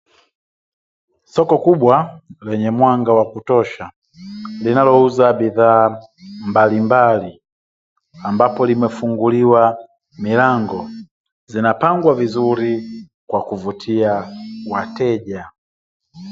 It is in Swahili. Soko kubwa lenye mwanga wa kutosha, linalouza bidhaa mbalimbali, ambapo limefunguliwa milango, zinapangwa vizuri kwa kuvutia wateja.